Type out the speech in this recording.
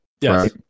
Yes